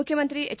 ಮುಖ್ಯಮಂತ್ರಿ ಹೆಚ್